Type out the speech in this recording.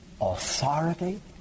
authority